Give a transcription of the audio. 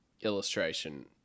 illustration